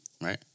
right